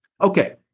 Okay